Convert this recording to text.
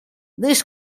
this